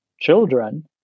children